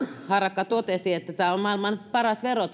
harakka totesi että tämä perintövero on maailman paras vero